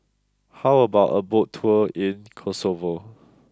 how about a boat tour in Kosovo